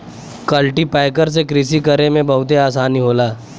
cultipacker से कृषि करे में बहुते आसानी होला